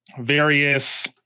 various